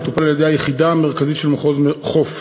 המטופל על-ידי היחידה המרכזית של מחוז חוף.